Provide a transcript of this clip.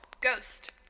Ghost